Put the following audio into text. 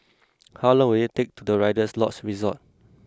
how long will it take to the Rider's Lodge Resort